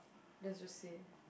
there's just say